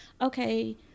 okay